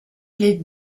les